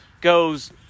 goes